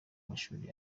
mashuri